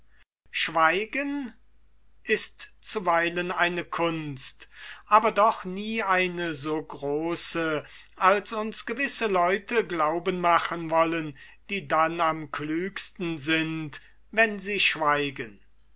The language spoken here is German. schweigen ist zuweilen eine kunst aber doch nie eine so große als uns gewisse leute glauben machen wollen die dann am klügsten sind wenn sie schweigen